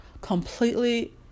completely